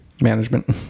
management